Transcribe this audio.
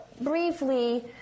briefly